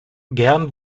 gern